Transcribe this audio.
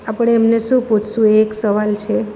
આપણે એમને શું પૂછીશું એ એક સવાલ છે